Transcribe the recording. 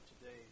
today